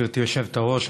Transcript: גברתי היושבת-ראש.